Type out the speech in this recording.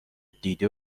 دیده